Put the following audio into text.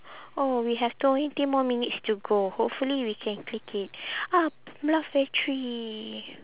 oh we have twenty more minutes to go hopefully we can click it ah battery